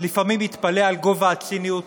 לפעמים מתפלא על גובה הציניות